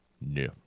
No